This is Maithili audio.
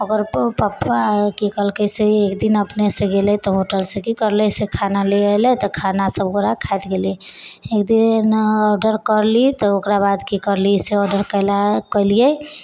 ओकर पप्पा की कलकै कि एक दिन अपने से गेलै तऽ होटल से की करलै तऽ होटल से खाना ले अलै आ खाना सब गोड़ा खेत गेलै एक दिन आर्डर करली तऽ ओकरा बाद की कैली से ऑर्डर करलिऐ